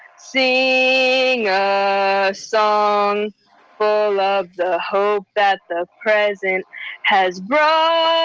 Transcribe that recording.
sing a song full of the hope that the present has brought